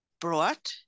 brought